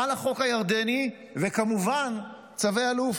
חל החוק הירדני, וכמובן צווי אלוף.